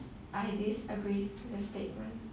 I disagree the statement